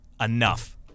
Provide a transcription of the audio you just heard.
Enough